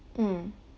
mm